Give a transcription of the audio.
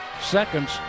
seconds